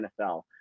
NFL